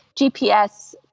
GPS